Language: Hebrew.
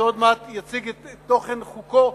שעוד מעט יציג את תוכן חוקו,